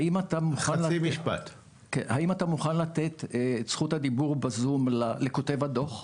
האם אתה מוכן לתת את זכות הדיבור לזום לכותב הדוח,